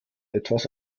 etwas